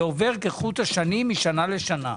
זה עובר כחוט השני משנה לשנה.